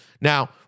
now